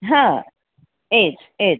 હા એજ એજ